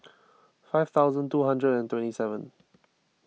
five thousand two hundred and twenty seven